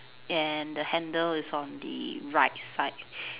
and the handle is on the right side